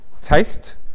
Taste